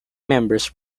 members